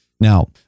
Now